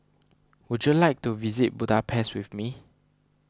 would you like to visit Budapest with me